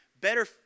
Better